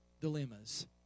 dilemmas